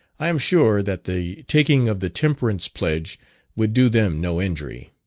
i am sure that the taking of the temperance pledge would do them no injury.